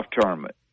tournament